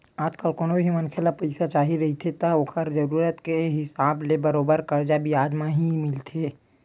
आजकल कोनो भी मनखे ल पइसा चाही रहिथे त ओखर जरुरत के हिसाब ले बरोबर करजा बियाज म ही मिलथे